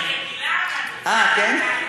לא, אני רגילה, אה, כן?